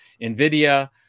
NVIDIA